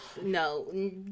no